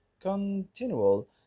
continual